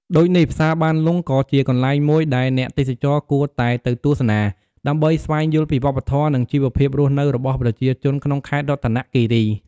ដូចនេះផ្សារបានលុងក៏ជាកន្លែងមួយដែលអ្នកទេសចរគួរតែទៅទស្សនា ដើម្បីស្វែងយល់ពីវប្បធម៌ និងជីវភាពរស់នៅរបស់ប្រជាជនក្នុងខេត្តរតនគិរី។